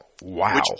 Wow